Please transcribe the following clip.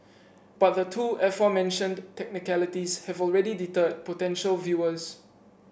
but the two aforementioned technicalities have already deterred potential viewers